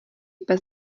pes